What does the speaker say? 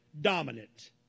dominant